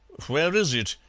where is it?